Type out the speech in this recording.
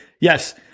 yes